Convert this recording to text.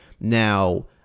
Now